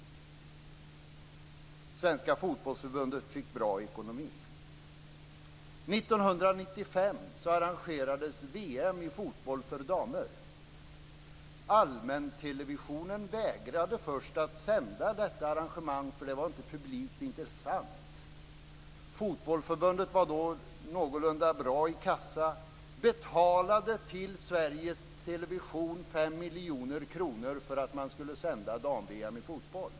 Svenska Fotbollförbundet fick bra ekonomi. År 1995 arrangerades VM i fotboll för damer. Allmäntelevisionen vägrade först att sända detta arrangemang eftersom det inte var publikt intressant. Fotbollförbundet hade då en någorlunda bra kassa och betalade 5 miljoner kronor till Sveriges Television för att man skulle sända dam-VM i fotboll.